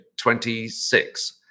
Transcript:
26